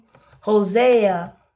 Hosea